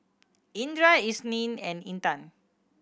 Indra Isnin and Intan